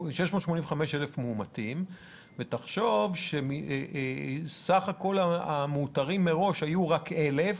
685,000 מאומתים ותחשוב שסך כל המאותרים מראש היו רק אלף,